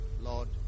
Lord